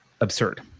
absurd